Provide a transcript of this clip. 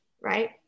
right